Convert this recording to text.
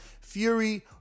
Fury